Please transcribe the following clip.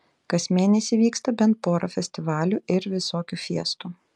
kas mėnesį vyksta bent pora festivalių ir visokių fiestų